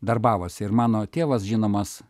darbavosi ir mano tėvas žinomas